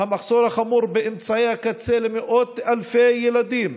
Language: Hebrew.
מחסור חמור באמצעי הקצה למאות אלפי ילדים,